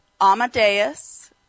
Amadeus